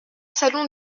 salon